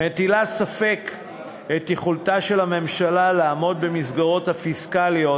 מטיל בספק את יכולתה של הממשלה לעמוד במסגרות הפיסקליות